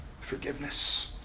forgiveness